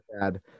bad